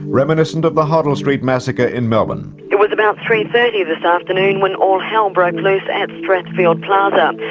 reminiscent of the hoddle street massacre in melbourne. it was about three. thirty this afternoon when all hell broke loose at strathfield plaza.